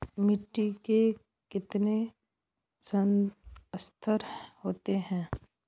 मिट्टी के कितने संस्तर होते हैं?